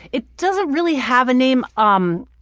it doesn't really have a name. um